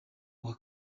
uwa